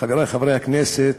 חברי חברי הכנסת,